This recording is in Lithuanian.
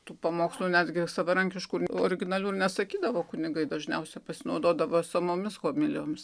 tų pamokslų netgi savarankiškų originalių ir nesakydavo kunigai dažniausia pasinaudodavo esamomis homilijomis